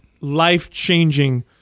life-changing